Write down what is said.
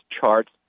charts